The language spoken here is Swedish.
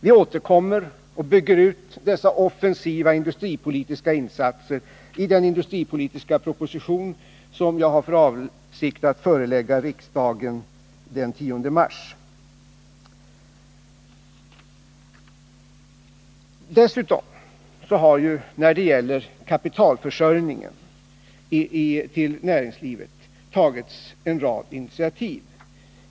Vi återkommer och lägger fram förslag om en utbyggnad av dessa offensiva industripolitiska insatser i den industripolitiska proposition som jag har för avsikt att förelägga riksdagen den 10 mars. Dessutom har det när det gäller kapitalförsörjningen till näringslivet tagits en rad initiativ.